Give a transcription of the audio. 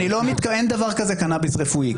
אין דבר כזה קנאביס רפואי.